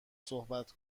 صحبت